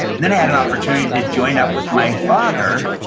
and then i had an opportunity to join up with my father,